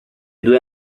due